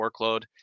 workload